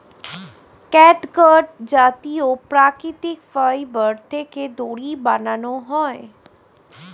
catgut জাতীয় প্রাকৃতিক fibre থেকে দড়ি বানানো হয়